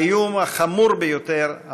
האיום החמור ביותר,